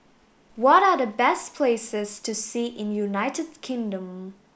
what are the best places to see in United Kingdom